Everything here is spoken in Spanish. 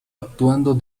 actuando